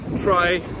try